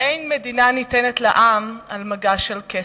"אין מדינה ניתנת לעם על מגש של כסף",